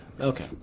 Okay